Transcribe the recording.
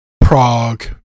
Prague